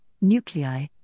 nuclei